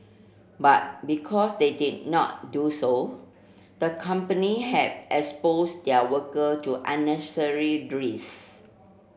but because they did not do so the company had exposed their worker to unnecessary risk